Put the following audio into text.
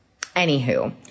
Anywho